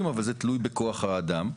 ושלנו שתומכים בחוק הזה,